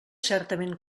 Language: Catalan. certament